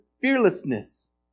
fearlessness